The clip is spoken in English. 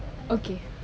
okay